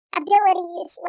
abilities